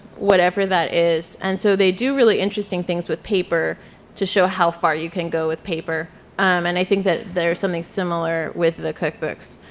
whatever that is and so they do really interesting things with paper to show how far you can go with paper and i think that there's something similar with the cookbooks.